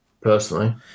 personally